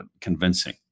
convincing